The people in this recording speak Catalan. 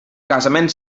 casament